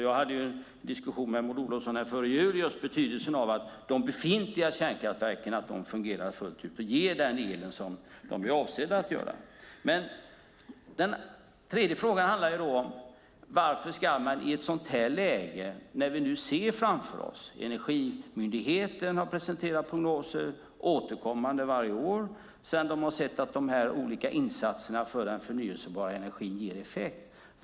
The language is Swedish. Jag hade en diskussion med Maud Olofsson före jul om betydelsen av att de befintliga kärnkraftverken fungerar fullt ut och ger den el som de är avsedda att ge. Den tredje frågan handlar om ny kärnkraft. Energimyndigheten har presenterat prognoser, återkommande varje år, och sett att de olika insatserna för förnybar energi ger effekt.